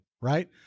right